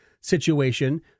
situation